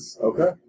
Okay